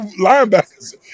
linebackers